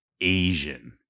Asian